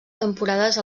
temporades